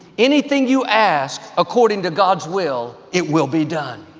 anything you ask according to god's will, it will be done.